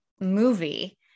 movie